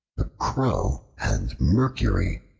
the crow and mercury